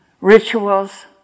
rituals